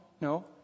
no